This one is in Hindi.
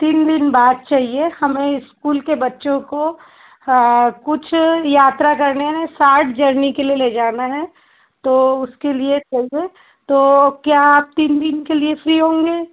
तीन दिन बाद चाहिए हमें स्कूल के बच्चों को कुछ यात्रा करने मे साइट जर्नी के लिए ले जाना है तो उसक लिए चाहिए तो क्या आप तीन दिन के लिए फ्री होंगे